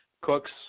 Cooks